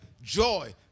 joy